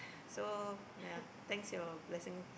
so ya thanks your blessing